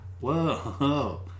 Whoa